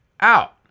out